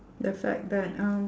the fact that um